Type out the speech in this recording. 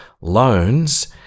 loans